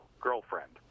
girlfriend